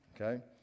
Okay